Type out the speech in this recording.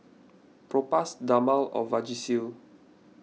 Propass Dermale and Vagisil